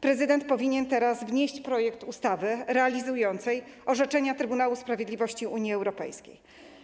Prezydent powinien teraz wnieść projekt ustawy realizującej orzeczenia Trybunału Sprawiedliwości Unii Europejskiej.